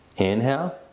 inhale.